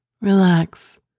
Relax